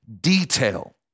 detail